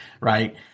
right